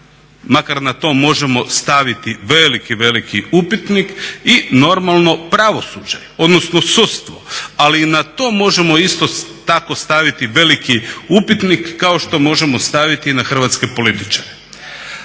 makar na to možemo staviti veliki, veliki upitnik i normalno pravosuđe, odnosno sudstvo. Ali i na to možemo isto tako staviti veliki upitnik kao što možemo staviti i na hrvatske političare.